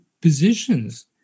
positions